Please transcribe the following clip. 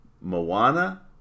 Moana